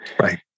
Right